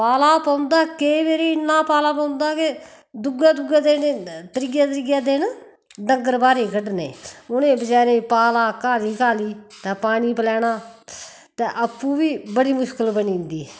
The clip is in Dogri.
पाला पौंदा कोई बारी इन्ना पाला पौंदा के दुऐ दुऐ दिन त्रिऐ त्रिऐ दिन डंगर बाह्रे कड्ढने उनै बचैरें पाला घाली घाली ते पानी पलैना ते आपू बी मुशकल बनी जंदी